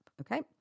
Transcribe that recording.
Okay